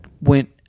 went